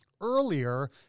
earlier